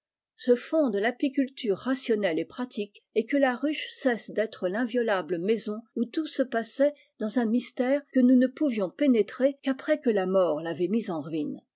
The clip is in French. se fonde l'apiculture rationnelle et pratique et que la ruche cesse d'être l'inviolable maison oti tout se passait dans un mystère que nous ne pouvions pénétrer qu'après que la mort l'avait mis en ruines